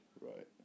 Right